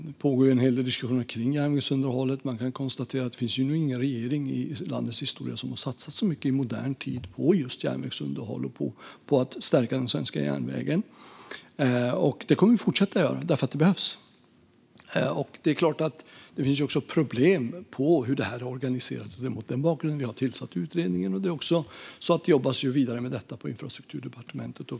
Det pågår en hel del diskussioner kring järnvägsunderhållet. Man kan konstatera att det inte funnits någon regering i landets historia som i modern tid har satsat så mycket på just järnvägsunderhåll och på att stärka den svenska järnvägen. Det kommer vi att fortsätta göra därför att det behövs. Det är klart att det också finns problem med hur detta är organiserat. Det är mot den bakgrunden vi har tillsatt utredningen, och det jobbas också vidare med detta på Infrastrukturdepartementet.